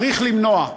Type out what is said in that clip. צריך למנוע,